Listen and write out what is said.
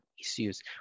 issues